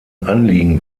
anliegen